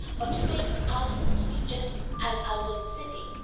but face outwards, just as i was sitting,